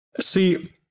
See